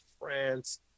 France